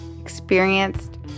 experienced